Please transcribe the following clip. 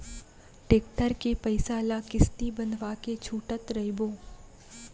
tractor के पइसा ल किस्ती बंधवा के छूटत रइबो